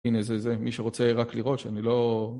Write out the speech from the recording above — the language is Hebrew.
הנה, זה זה מי שרוצה רק לראות, שאני לא...